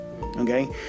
okay